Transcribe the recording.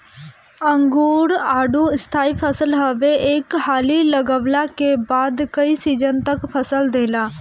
अंगूर, आडू स्थाई फसल हवे एक हाली लगवला के बाद कई सीजन तक फल देला